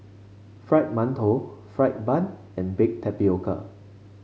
Fried Mantou fried bun and Baked Tapioca